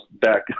back